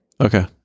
Okay